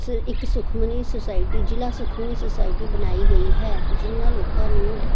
ਸ ਇੱਕ ਸੁਖਮਨੀ ਸੋਸਾਇਟੀ ਜ਼ਿਲ੍ਹਾ ਸੁਖਮਨੀ ਸੁਸਾਇਟੀ ਬਣਾਈ ਗਈ ਹੈ ਜਿਹਨਾਂ ਲੋਕਾਂ ਨੂੰ